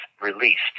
released